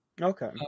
Okay